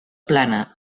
plana